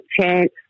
chance